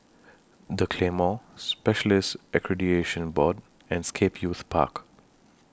The Claymore Specialists Accreditation Board and Scape Youth Park